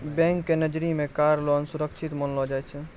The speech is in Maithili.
बैंक के नजरी मे कार लोन सुरक्षित मानलो जाय छै